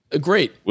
great